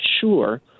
sure